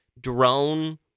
drone